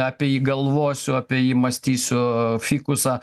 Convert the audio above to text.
apie jį galvosiu apie jį mąstysiu fikusą